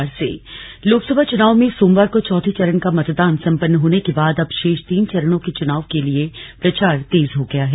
लोकसभा चुनाव लोकसभा चुनाव में सोमवार को चौथे चरण का मतदान संपन्न होने के बाद अब शेष तीन चरणों के चुनाव के लिए प्रचार तेज हो गया है